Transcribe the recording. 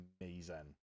amazing